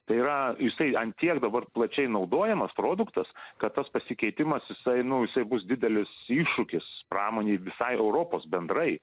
tai yra jisai ant tiek dabar plačiai naudojamas produktas kad tas pasikeitimas jisai nu jisai bus didelis iššūkis pramonei visai europos bendrai